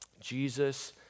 Jesus